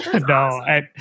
No